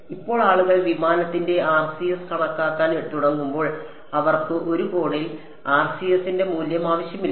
ഇപ്പോൾ ആളുകൾ വിമാനത്തിന്റെ RCS കണക്കാക്കാൻ തുടങ്ങുമ്പോൾ അവർക്ക് ഒരു കോണിൽ ആർസിഎസിന്റെ മൂല്യം ആവശ്യമില്ല